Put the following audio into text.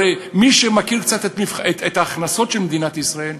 הרי מי שמכיר קצת את ההכנסות של מדינת ישראל,